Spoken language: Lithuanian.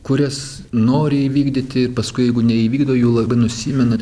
kurias nori įvykdyti ir paskui jeigu neįvykdo jų labai nusimena